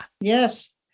Yes